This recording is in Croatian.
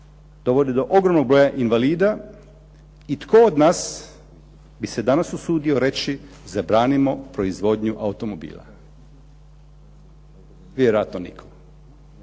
dovode do ogromnog broja invalida i tko od nas bi se danas usudio reći zabranimo proizvodnju automobila? Vjerojatno nitko.